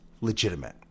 legitimate